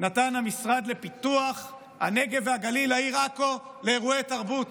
נתן המשרד לפיתוח הנגב והגליל לעיר עכו לאירועי תרבות,